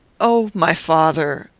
o my father!